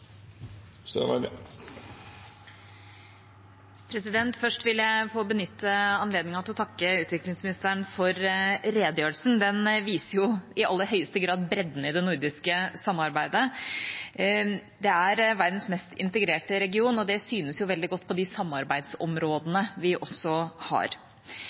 Først vil jeg få benytte anledningen til å takke utviklingsministeren for redegjørelsen. Den viser i aller høyeste grad bredden i det nordiske samarbeidet. Det er verdens mest integrerte region, og det syns veldig godt på de samarbeidsområdene vi også har.